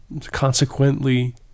consequently